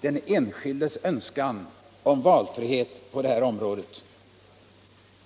den enskildes önskan om valfrihet på detta område.